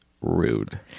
rude